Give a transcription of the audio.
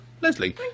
Leslie